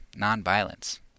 nonviolence